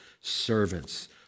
servants